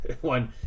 One